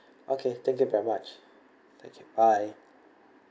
okay thank you very much thank you bye